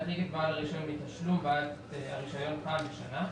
את בעל הרישיון מתשלום ואז הרישיון חל לשנה,